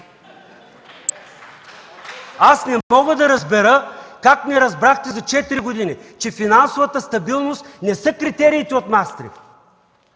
Не мога да разбера как не разбрахте за четири години, че финансовата стабилност не са критериите от Маастрихт?!